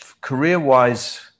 Career-wise